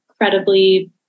incredibly